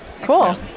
Cool